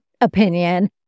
opinion